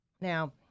Now